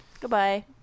Goodbye